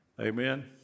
Amen